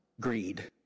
greed